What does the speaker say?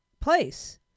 place